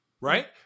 right